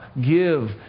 Give